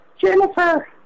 Jennifer